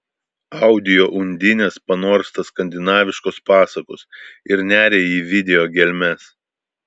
audio undinės panorsta skandinaviškos pasakos ir neria į video gelmes